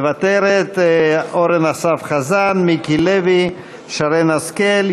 מוותרת, אורן אסף חזן, מיקי לוי, שרן השכל.